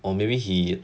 or maybe he